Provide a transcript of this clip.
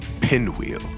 pinwheel